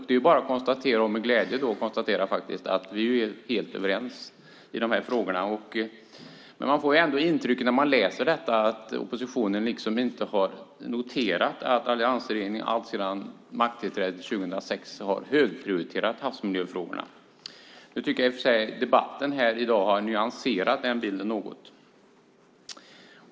Det är bara att konstatera att vi är helt överens i de frågorna. När man läser detta får man ändå intrycket att ni inte riktigt har noterat att alliansregeringen alltsedan den tillträdde 2006 har högprioriterat havsmiljöfrågorna. Nu tycker jag i och för sig att debatten här i dag har nyanserat den bilden något.